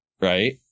right